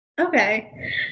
okay